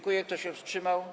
Kto się wstrzymał?